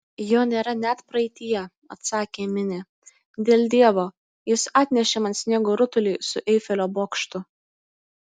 jo nėra net praeityje atsakė minė dėl dievo jis atnešė man sniego rutulį su eifelio bokštu